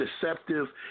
deceptive